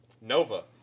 Nova